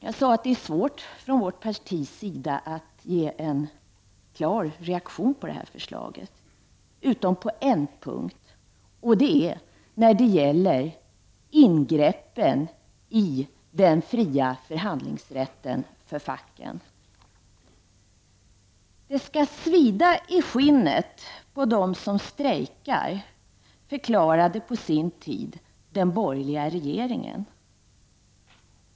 Jag sade att det för vårt parti är svårt att ge en klar reaktion på detta förslag, utom på en punkt, nämligen när det gäller ingreppen i den fria förhandlingsrätten för facken. Det skall svida i skinnet på dem som strejkar, förklarade på sin tid den borgerliga regeringen.